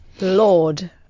lord